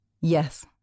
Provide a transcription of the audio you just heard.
Yes